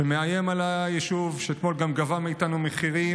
שמאיים על היישוב ואתמול גם גבה מאיתנו מחירים.